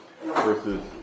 versus